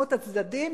שמות הצדדים,